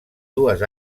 dues